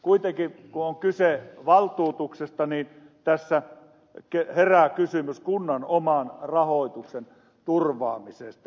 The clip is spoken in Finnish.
kuitenkin kun on kyse valtuutuksesta niin tässä herää kysymys kunnan oman rahoituksen turvaamisesta